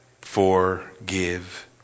Forgive